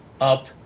up